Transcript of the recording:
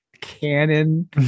canon